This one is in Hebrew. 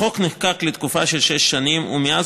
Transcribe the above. החוק נחקק לתקופה של שש שנים ומאז